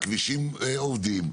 הכבישים עובדים,